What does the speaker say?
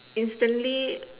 instantly